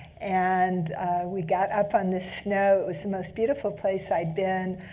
and we got up on the snow. it was the most beautiful place i'd been.